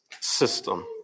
system